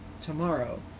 tomorrow